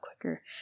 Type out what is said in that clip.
quicker